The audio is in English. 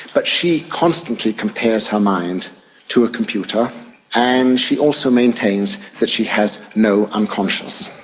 but she constantly compares her mind to a computer and she also maintains that she has no unconscious.